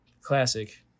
classic